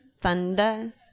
thunder